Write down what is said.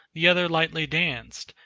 the other lightly danced,